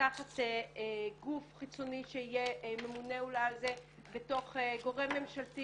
לקחת גוף חיצוני שיהיה ממונה על זה בתוך גורם ממשלתי